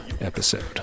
episode